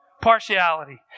partiality